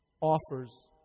offers